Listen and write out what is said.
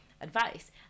advice